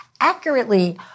accurately